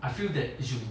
I feel that it should be